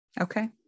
okay